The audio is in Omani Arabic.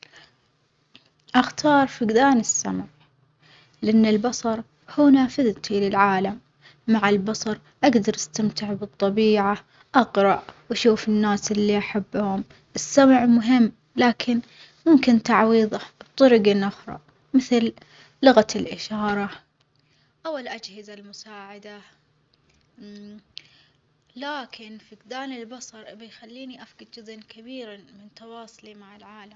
أختار ظعف مالي، لأن الفلوس أجدر أستثمر في نفسي وفي حياتي وأعيش بشكل أفظل، العمر بيد الله لكن المال بيعطيني فرصة أعيش حياتي بأفظل طريجة، يمكن أساعد غيري وإذا عشت حياتي بشكل زين، ما بيهمني كم بيكون عمري.